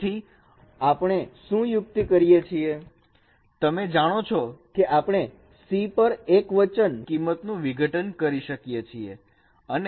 તેથી આપણે શું યુક્તિ કરીએ છીએ તમે જાણો છો કે આપણે C પર એકવચન કિંમત નું વિઘટન કરી શકીએ છીએ